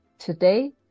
Today